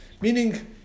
Meaning